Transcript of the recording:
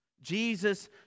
Jesus